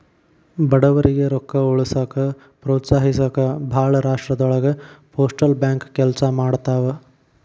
ಬಡವರಿಗಿ ರೊಕ್ಕ ಉಳಿಸೋಕ ಪ್ರೋತ್ಸಹಿಸೊಕ ಭಾಳ್ ರಾಷ್ಟ್ರದೊಳಗ ಪೋಸ್ಟಲ್ ಬ್ಯಾಂಕ್ ಕೆಲ್ಸ ಮಾಡ್ತವಾ